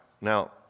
Now